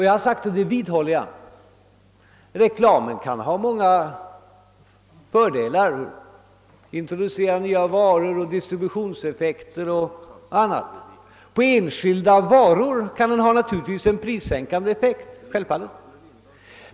Jag har sagt — och det vidhåller jag — att reklamen kan ha många fördelar såsom introducerandet av varor, distributionseffekter och annat. För enskilda varor kan den naturligtvis ha en prissänkande effekt.